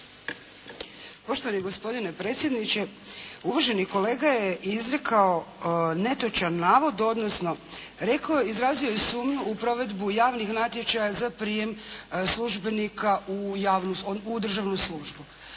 Poštovani gospodine predsjedniče, uvaženi kolega je izrekao netočan navod, odnosno, rekao je, izrazio je sumnju u provedbu javnih natječaja za prijem službenika u državnu službu.